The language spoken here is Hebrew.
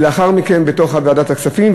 ולאחר מכן בתוך ועדת הכספים.